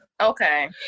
Okay